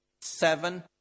Seven